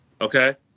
Okay